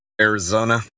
Arizona